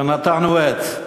ונטענו עץ.